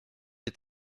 est